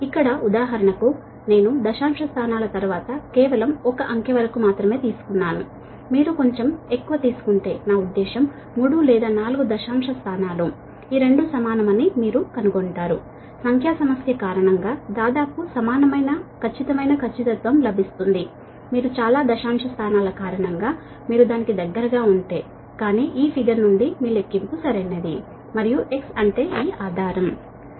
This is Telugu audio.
ఇక్కడ ఉదాహరణకు నేను దశాంశ స్థానాల తరువాత కేవలం 1 అంకె వరకు మాత్రమే తీసుకున్నాను మీరు కొంచెం ఎక్కువ తీసుకుంటే నా ఉద్దేశ్యం 3 లేదా 4 దశాంశ స్థానాల దగ్గర ఈ రెండు దాదాపు సమానం గా నే ఉంటాయి న్యూమరికల్ ప్రాబ్లెమ్ మరియు చాలా దశాంశ స్థానాల కారణంగా ఇవి దగ్గరగా ఉంటే కానీ ఇదే ఆధారం అంటే ఈ ఫిగర్ నుండి మీ లెక్కింపు సరైనది మరియు అది X